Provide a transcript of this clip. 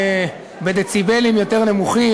חבר הכנסת בצלאל סמוטריץ,